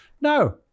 No